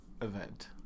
event